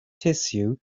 tissue